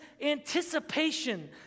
anticipation